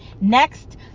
Next